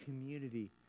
community